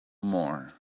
more